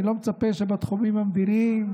אני לא מצפה שבתחומים המדיניים,